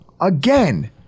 Again